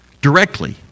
directly